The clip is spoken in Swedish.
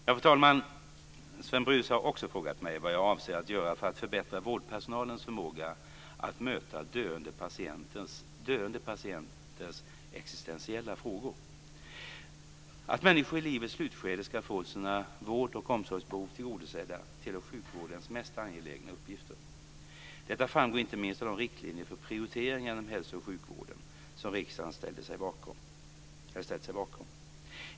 Fru talman! Sven Brus har också frågat mig vad jag avser att göra för att förbättra vårdpersonalens förmåga att möta döende patienters existentiella frågor. Att människor i livets slutskede ska få sina vårdoch omsorgsbehov tillgodosedda tillhör sjukvårdens mest angelägna uppgifter. Detta framgår inte minst av de riktlinjer för prioriteringar inom hälso och sjukvården som riksdagen ställt sig bakom.